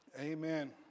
Amen